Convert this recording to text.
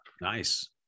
Nice